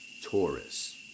Taurus